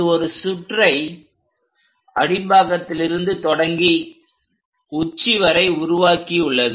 இது ஒரு சுற்றை அடிப்பாகத்திலிருந்து தொடங்கி உச்சி வரை உருவாக்கியுள்ளது